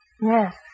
Yes